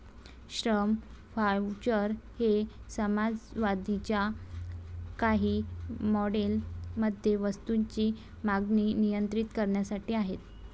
श्रम व्हाउचर हे समाजवादाच्या काही मॉडेल्स मध्ये वस्तूंची मागणी नियंत्रित करण्यासाठी आहेत